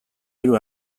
hiru